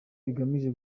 bigamije